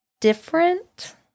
different